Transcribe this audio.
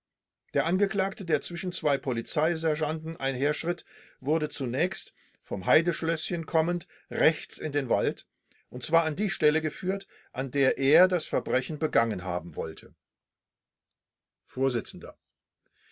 der angeklagte der zwischen zwei polizeisergeanten einherschritt wurde zunächst vom heideschlößchen kommend rechts in den wald und zwar an die stelle geführt an der er das verbrechen begangen haben wollte